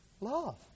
Love